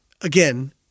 Again